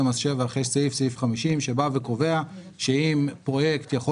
מס שבח יש את סעיף 50 שקובע שאם פרויקט יכול